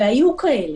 והיו כאלה.